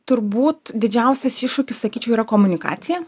turbūt didžiausias iššūkis sakyčiau yra komunikacija